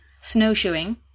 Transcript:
snowshoeing